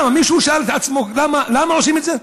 מישהו שאל את עצמו למה הם עושים את זה?